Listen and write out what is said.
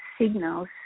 signals